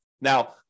Now